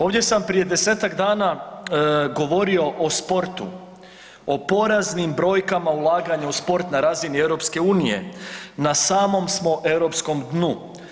Ovdje sam prije desetak dana govorio o sportu, o poraznim brojkama o ulaganju u sport na razini EU, na samom smo europskom dnu.